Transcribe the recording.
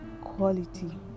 quality